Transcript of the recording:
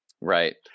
Right